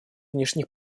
внешних